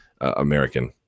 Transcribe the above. American